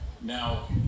now